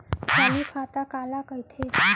चालू खाता काला कहिथे?